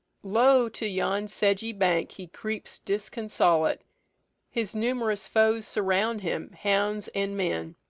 lo! to yon sedgy bank he creeps disconsolate his numerous foes surround him, hounds and men.